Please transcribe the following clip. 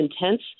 intense